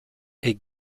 est